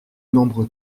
nombre